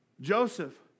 Joseph